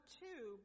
two